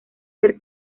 ser